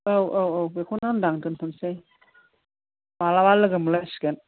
औ औ औ बेखौनो होनदां दोनथ'सै मालाबा लोगो मोनलायसिगोन